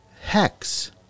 Hex